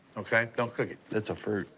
okay? don't cook it. it's a fruit.